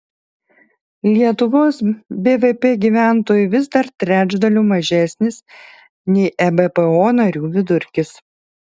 lietuvos bvp gyventojui vis dar trečdaliu mažesnis nei ebpo narių vidurkis